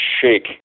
shake